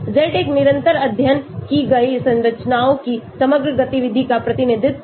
Z एक निरंतर अध्ययन की गई संरचनाओं की समग्र गतिविधि का प्रतिनिधित्व करता है